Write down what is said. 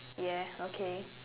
yes okay